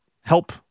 help